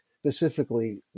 Specifically